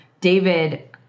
David